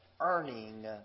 earning